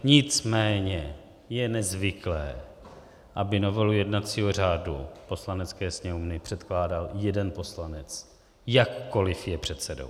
Nicméně je nezvyklé, aby novelu jednacího řádu Poslanecké sněmovny předkládal jeden poslanec, jakkoliv je předsedou.